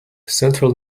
central